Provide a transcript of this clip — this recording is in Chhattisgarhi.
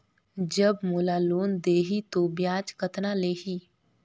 जब मोला लोन देही तो ब्याज कतना लेही?